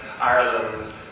Ireland